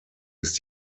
ist